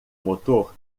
motor